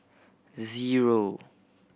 zero